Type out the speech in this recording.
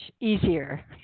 easier